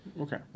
Okay